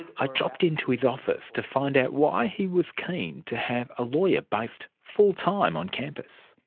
i dropped into his office to find out why he was keen to have a lawyer based full-time on campus.